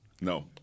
No